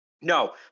No